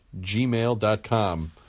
gmail.com